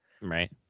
Right